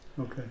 okay